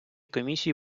комісії